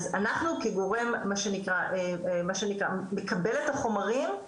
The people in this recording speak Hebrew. אז אנחנו כגורם מה שנקרא, מקבל את החומרים,